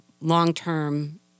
long-term